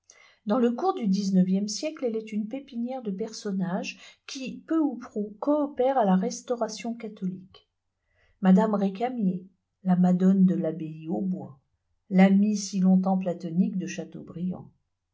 dans le cours du dix-neuvième siècle elle est une pépinière de personnages qui peu ou prou coopèrent à la restauration catholique m récaniier la madone de labbaye au bois l'amie si longtemps platonique de chateaubriand